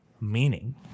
meaning